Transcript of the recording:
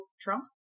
Trump